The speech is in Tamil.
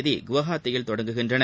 தேதி குவஹாத்தியில் தொடங்குகிறது